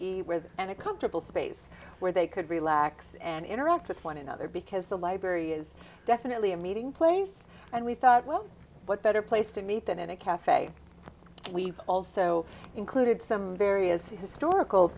and a comfortable space where they could relax and interact with one another because the library is definitely a meeting place and we thought well what better place to meet than in a caf we also included some various historical